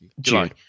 July